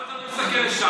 למה אתה לא מסתכל לשם?